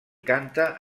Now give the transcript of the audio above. canta